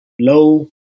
low